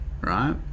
right